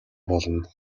болно